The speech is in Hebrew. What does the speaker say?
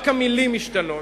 רק המלים משתנות.